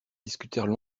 discutèrent